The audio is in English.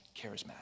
charismatic